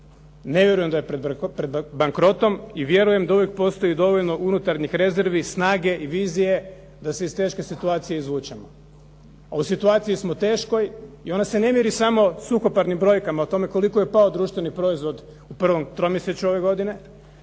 Ne vjerujem da je pred bankrotom i vjerujem da uvijek postoji dovoljno unutarnjih rezervi, snage i vizije da se iz teške situacije izvučemo a u situaciji smo teškoj i ona se ne mjeri samo suhoparnim brojkama o tome koliko je pao društveni proizvod u prvom tromjesečju ove godine